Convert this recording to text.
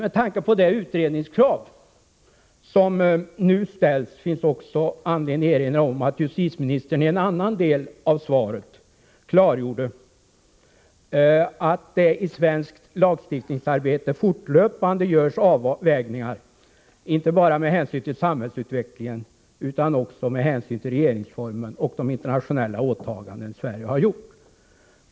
Med tanke på det utredningskrav som nu ställs finns också anledning erinra om att justitieministern i en annan del av svaret klargjorde att det i svenskt lagstiftningsarbete fortlöpande görs avvägningar inte bara med hänsyn till samhällsutvecklingen utan också med hänsyn till regeringsformen och de internationella åtaganden Sverige har gjort.